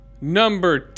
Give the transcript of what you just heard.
number